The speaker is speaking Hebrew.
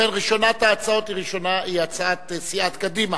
ראשונת ההצעות להביע אי-אמון בממשלה היא הצעת סיעת קדימה,